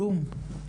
כלום?